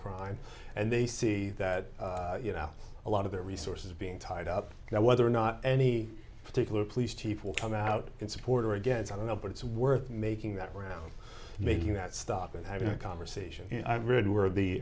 crime and they see that you know a lot of their resources are being tied up now whether or not any particular police chief will come out in support or against i don't know but it's worth making that round making that stop and having a conversation we had where the